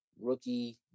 rookie